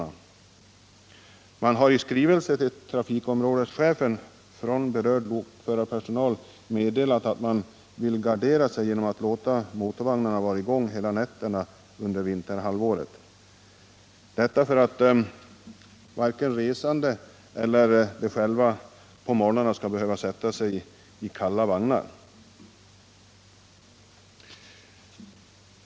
Berörd lokförarpersonal har därför i skrivelse till trafikområdeschefen meddelat att man vill gardera sig genom att låta motorerna vara i gång hela nätterna under vinterhalvåret för att varken resande eller personalen själv på morgonen skall behöva sätta sig i kalla vagnar.